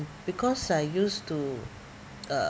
because I used to uh